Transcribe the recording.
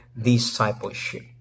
discipleship